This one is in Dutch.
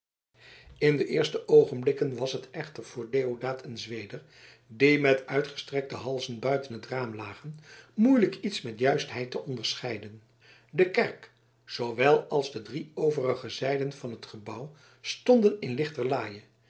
in de eerste oogenblikken was het echter voor deodaat en zweder die met uitgestrekte halzen buiten het raam lagen moeilijk iets met juistheid te onderscheiden de kerk zoowel als de drie overige zijden van het gebouw stonden in lichterlaaie